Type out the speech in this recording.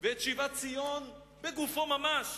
ואת שיבת ציון בגופו ממש?